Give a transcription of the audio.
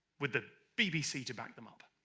with the bbc to back them up